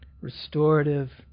Restorative